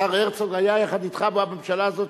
השר הרצוג היה יחד אתך בממשלה הזאת,